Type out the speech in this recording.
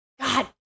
god